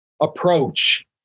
approach